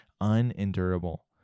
unendurable